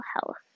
health